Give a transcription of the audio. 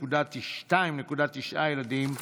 2.9 ילדים לאישה.